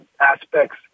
aspects